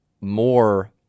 more